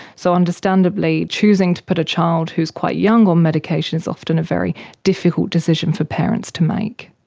so, understandably, choosing to put a child who is quite young on medication is often a very difficult decision for parents to make.